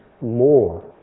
more